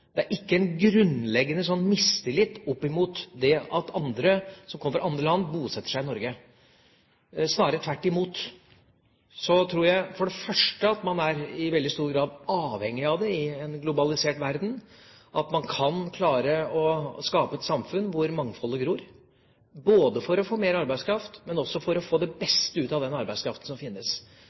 Det er ikke en grunnleggende mistillit til det at mennesker som kommer fra andre land, bosetter seg i Norge, snarere tvert imot. For det første tror jeg man i veldig stor grad er veldig avhengig av det i en globalisert verden, og at man kan klare å skape et samfunn hvor mangfoldet gror, både for å få mer arbeidskraft og også for å få det beste ut av den arbeidskraften som finnes.